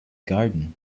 garden